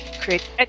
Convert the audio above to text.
create